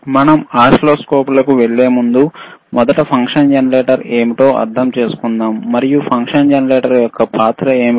మనం ఓసిల్లోస్కోప్లకు వెళ్లేముందు మొదట ఫంక్షన్ జనరేటర్ ఏమిటో అర్థం చేసుకుందాం మరియు ఫంక్షన్ జనరేటర్ యొక్క పాత్ర ఏమిటి